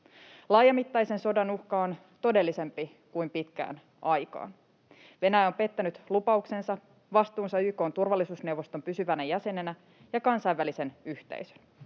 Laajamittaisen sodan uhka on todellisempi kuin pitkään aikaan. Venäjä on pettänyt lupauksensa, vastuunsa YK:n turvallisuusneuvoston pysyvänä jäsenenä ja kansainvälisen yhteisön.